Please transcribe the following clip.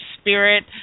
spirit